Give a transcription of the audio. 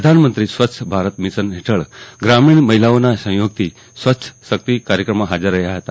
પ્રધાનમંત્રી સ્વચ્છ ભારત મિશન હેઠળ ગ્રામીણ મહિલાઓના સહયોગથી સ્વચ્છ શક્તિ કાર્યક્રમમાં હાજર રહ્યા હતા